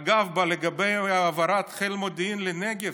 אגב, לגבי העברת חיל מודיעין לנגב